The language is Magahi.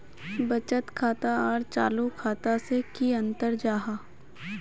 बचत खाता आर चालू खाता से की अंतर जाहा?